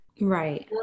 right